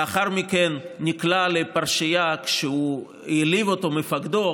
לאחר מכן נקלע לפרשייה כשהעליב אותו מפקדו,